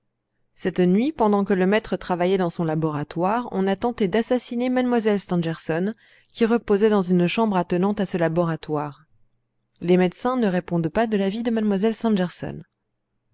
cette nuit pendant que le maître travaillait dans son laboratoire on a tenté d'assassiner mlle stangerson qui reposait dans une chambre attenante à ce laboratoire les médecins ne répondent pas de la vie de mlle